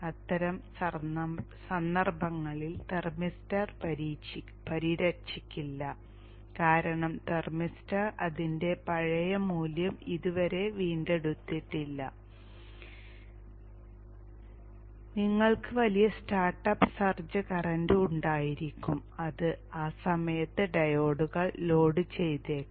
അത്തരം സന്ദർഭങ്ങളിൽ തെർമിസ്റ്റർ പരിരക്ഷിക്കില്ല കാരണം തെർമിസ്റ്റർ അതിന്റെ പഴയ മൂല്യം ഇതുവരെ വീണ്ടെടുത്തിട്ടില്ല നിങ്ങൾക്ക് വലിയ സ്റ്റാർട്ടപ്പ് സർജ് കറന്റ് ഉണ്ടായിരിക്കും അത് ആ സമയത്ത് ഡയോഡുകൾ ലോഡ് ചെയ്തേക്കാം